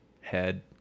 Head